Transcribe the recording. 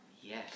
yes